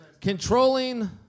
controlling